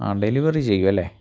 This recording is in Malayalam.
ആ ഡെലിവറി ചെയ്യും അല്ലേ